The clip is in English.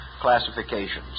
classifications